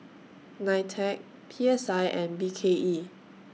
NITEC P S I and B K E